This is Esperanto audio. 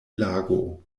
lago